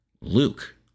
Luke